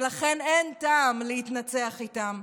לכן אין טעם להתנצח איתם,